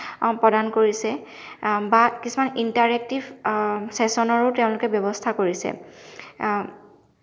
প্ৰদান কৰিছে বা কিছুমান ইণ্টাৰেক্তিভ ছেশ্যনৰো তেওঁলোকে ব্যৱস্থা কৰিছে